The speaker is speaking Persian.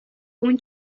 اون